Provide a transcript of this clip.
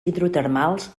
hidrotermals